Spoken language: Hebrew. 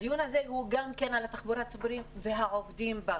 הדיון הזה הוא גם על התחבורה הציבורית והעובדים בה.